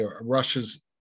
Russia's